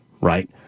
right